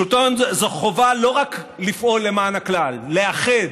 שלטון זה חובה לא רק לפעול למען הכלל, לאחד,